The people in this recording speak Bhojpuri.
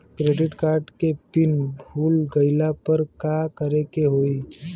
क्रेडिट कार्ड के पिन भूल गईला पर का करे के होई?